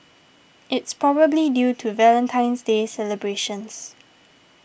it's probably due to Valentine's Day celebrations